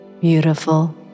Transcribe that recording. beautiful